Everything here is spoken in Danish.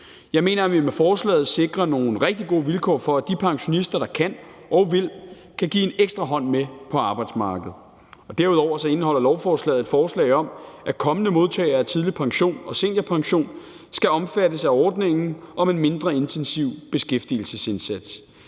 Jeg mener, at vi med forslaget sikrer nogle rigtig gode vilkår for, at de pensionister, der kan og vil, kan give en ekstra hånd med på arbejdsmarkedet. Derudover indeholder lovforslaget et forslag om, at kommende modtagere af tidlig pension og seniorpension skal omfattes af ordningen om en mindre intensiv beskæftigelsesindsats.